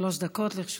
שלוש דקות לרשותך.